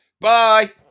Bye